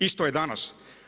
Isto je danas.